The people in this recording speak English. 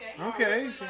Okay